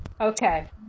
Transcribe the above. Okay